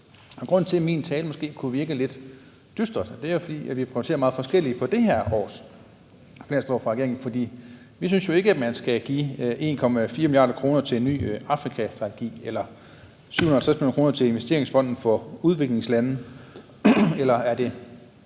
Grunden til, at min tale måske kunne virke lidt dyster, er, at vi prioriterer meget forskelligt i forhold til det her års finanslovsforslag fra regeringen. For vi synes jo ikke, at man skal give 1,4 mia. kr. til en ny Afrikastrategi eller 750 mio. kr. til Investeringsfonden for Udviklingslande, og er det